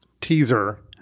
teaser